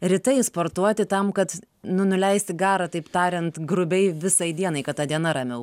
rytais sportuoti tam kad nu nuleisti garą taip tariant grubiai visai dienai kad ta diena ramiau